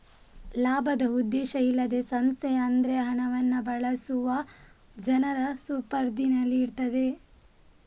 ಲಾಭದ ಉದ್ದೇಶ ಇಲ್ಲದ ಸಂಸ್ಥೆ ಅದ್ರ ಹಣವನ್ನ ಬಳಸುವ ಜನರ ಸುಪರ್ದಿನಲ್ಲಿ ಇರ್ತದೆ